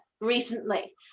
recently